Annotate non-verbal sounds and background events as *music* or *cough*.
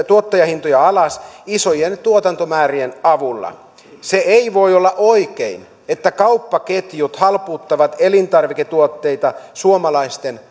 *unintelligible* tuottajahintoja alas isojen tuotantomäärien avulla se ei voi olla oikein että kauppaketjut halpuuttavat elintarviketuotteita suomalaisten *unintelligible*